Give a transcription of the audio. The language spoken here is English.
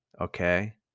Okay